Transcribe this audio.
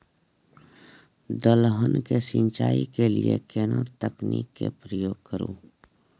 दलहन के सिंचाई के लिए केना तकनीक के प्रयोग करू?